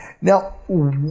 now